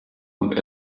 und